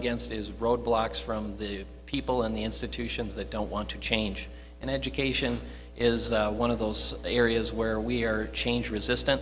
against is road blocks from the people in the institutions that don't want to change and education is one of those areas where we are changing resistant